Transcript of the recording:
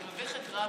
אתה מביך את רבין.